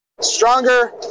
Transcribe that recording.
Stronger